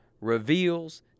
reveals